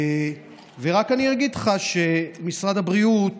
אני רק אגיד לך שמשרד הבריאות